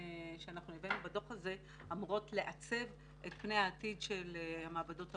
שאנחנו הבאנו בדוח הזה אמורות לעצב את פני העתיד של המעבדות הרפואיות.